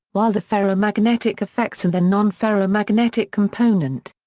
while the ferromagnetic effects and the non-ferromagnetic component.